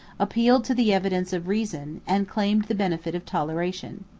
appealed to the evidence of reason, and claimed the benefit of toleration.